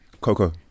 Coco